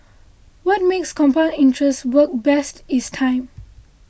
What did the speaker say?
what makes compound interest work best is time